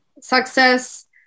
Success